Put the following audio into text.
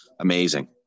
amazing